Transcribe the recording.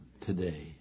today